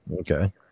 Okay